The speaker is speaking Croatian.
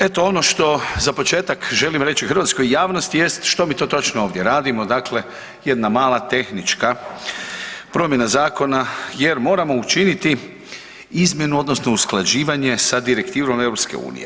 Eto ono što za početak želim reći hrvatskoj javnosti jest što mi to točno ovdje radimo, dakle jedna mala tehnička promjena zakona jer moramo učiniti izmjenu odnosno usklađivanje sa direktivom EU.